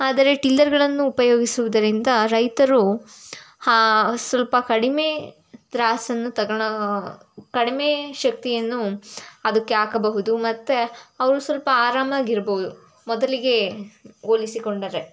ಆದರೆ ಟಿಲ್ಲರ್ಗಳನ್ನು ಉಪಯೋಗಿಸುವುದರಿಂದ ರೈತರು ಸ್ವಲ್ಪ ಕಡಿಮೆ ತ್ರಾಸನ್ನು ತಗಳೋ ಕಡಿಮೆ ಶಕ್ತಿಯನ್ನು ಅದಕ್ಕೆ ಹಾಕಬಹುದು ಮತ್ತು ಅವ್ರು ಸ್ವಲ್ಪ ಆರಾಮಾಗಿ ಇರ್ಬೋದು ಮೊದಲಿಗೆ ಹೋಲಿಸಿಕೊಂಡರೆ